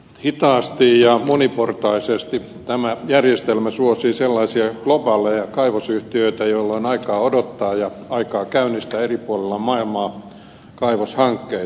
hitaasti ja moniportaisesti tämä järjestelmä suosii sellaisia globaaleja kaivosyhtiöitä joilla on aikaa odottaa ja aikaa käynnistää eri puolilla maailmaa kaivoshankkeita